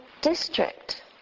district